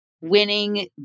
winning